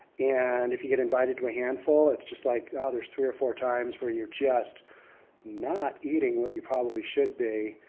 and if you get invited to a handful, it's just like, oh there's three or four times where you're just not eating what you probably should be.